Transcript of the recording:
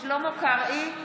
שלמה קרעי,